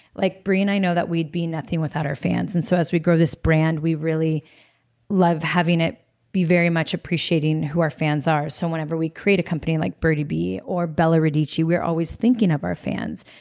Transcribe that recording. like brie and i know that we'd be nothing without our fans, and so as we grow this brand, we really love having it be very much appreciating who our fans are. so whenever we create a company like birdie bee or belle radici, we're always thinking of our fans,